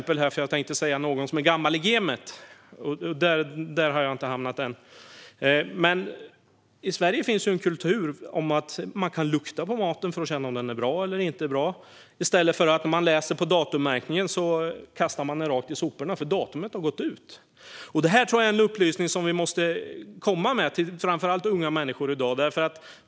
Och nu ska jag inte ta mig själv som exempel, för där har jag inte hamnat än! I Sverige finns en kultur där man kan lukta på maten för att känna om den är bra eller inte i stället för att läsa på datummärkningen och kasta maten rakt i soporna för att datumet har gått ut. Detta tror jag är en upplysning som vi måste komma med till framför allt unga människor i dag.